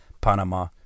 Panama